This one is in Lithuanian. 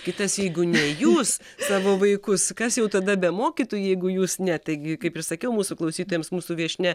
kitas jeigu ne jūs savo vaikus kas jau tada bemokytų jeigu jūs ne taigi kaip ir sakiau mūsų klausytojams mūsų viešnia